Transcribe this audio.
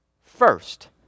first